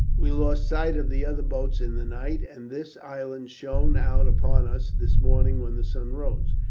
we lost sight of the other boats in the night, and this island shone out upon us this morning when the sun rose.